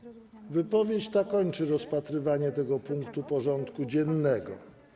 Proszę państwa, wypowiedź ta kończy rozpatrywanie tego punktu porządku dziennego.